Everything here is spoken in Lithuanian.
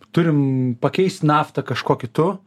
turim pakeisti naftą kažkuo kitu